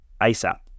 ASAP